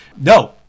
No